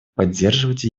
поддерживать